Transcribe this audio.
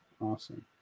awesome